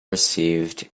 received